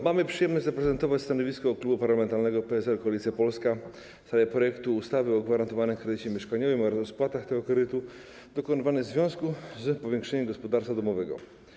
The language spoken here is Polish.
Mam przyjemność zaprezentować stanowisko Klubu Parlamentarnego Koalicja Polska - PSL w sprawie projektu ustawy o gwarantowanym kredycie mieszkaniowym oraz o spłatach tego kredytu dokonywanych w związku z powiększeniem gospodarstwa domowego.